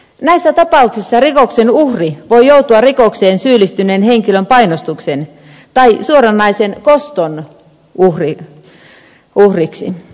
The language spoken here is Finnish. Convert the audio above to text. näissä tapauksissa rikoksen uhri voi joutua rikokseen syyllistyneen henkilön painostuksen tai suoranaisen koston uhriksi kohteeksi